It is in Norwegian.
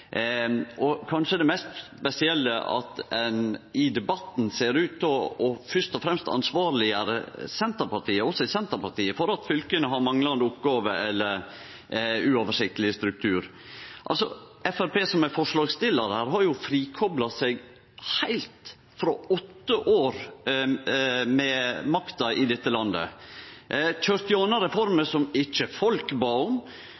kanskje mest spesielle er at ein i debatten ser ut til fyrst og fremst å ansvarleggjere oss i Senterpartiet for at fylka har manglande oppgåver eller uoversiktleg struktur. Framstegspartiet, som er forslagsstillar her, har frikopla seg heilt frå åtte år med makta i dette landet. Dei køyrde gjennom reformer som folk ikkje bad om,